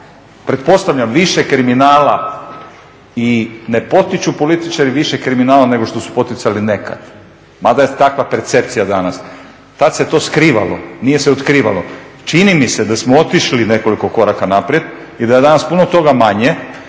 pretpostavljam više kriminala i ne potiču političari više kriminala nego što su poticali nekad mada je takva percepcija danas, tada se to skrivalo, nije se otkrivalo. Čini mi se da smo otišli nekoliko koraka naprijed i da je danas puno toga manje